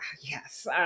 Yes